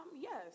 Yes